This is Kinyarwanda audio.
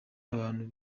abantu